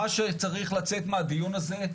מה שצריך לצאת מהדיון הזה,